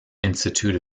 institute